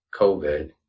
COVID